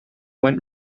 went